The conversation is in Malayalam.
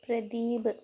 പ്രദീപ്